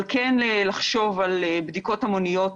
אבל כן חשיבה על בדיקות המוניות,